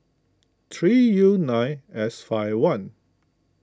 three U nine S five one